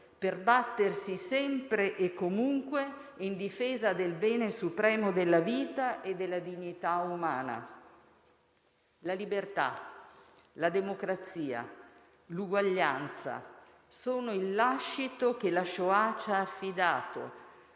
per battersi sempre e comunque in difesa del bene supremo della vita e della dignità umana. La libertà, la democrazia e l'uguaglianza sono il lascito che la *Shoah* ci ha affidato,